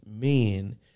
men